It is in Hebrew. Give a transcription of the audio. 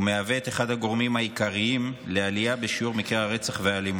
הוא אחד הגורמים העיקריים לעלייה בשיעור מקרי הרצח והאלימות.